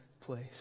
place